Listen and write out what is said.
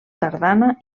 tardana